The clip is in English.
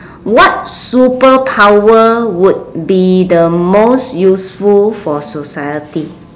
what superpower would be the most useful for society